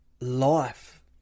life